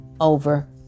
over